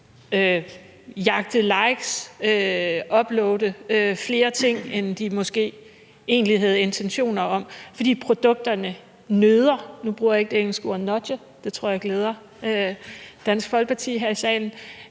jagte likes og uploade flere ting, end de måske egentlig havde intentioner om, fordi produkterne nøder – nu bruger jeg ikke det engelske ord nudge, hvilket jeg tror glæder de tilstedeværende fra Dansk Folkeparti her i salen.